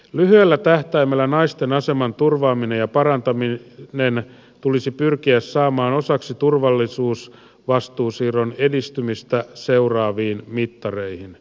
lyhyellä tähtäimellä naisten aseman turvaaminen ja parantaminen tulisi pyrkiä saamaan osaksi turvallisuusvastuusiirron edistymistä seuraaviin mittareihin